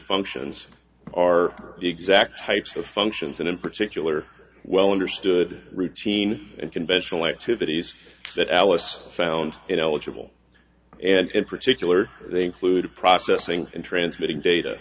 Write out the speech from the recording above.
functions are the exact types of functions and in particular well understood routines and conventional activities that alice found ineligible and in particular they include processing and transmitting data